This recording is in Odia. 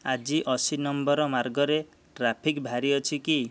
ଆଜି ଅଶୀ ନମ୍ବର ମାର୍ଗରେ ଟ୍ରାଫିକ୍ ଭାରୀ ଅଛି କି